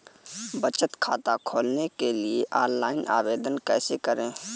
बचत खाता खोलने के लिए ऑनलाइन आवेदन कैसे करें?